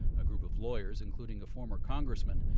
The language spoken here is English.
a group of lawyers, including a former congressman,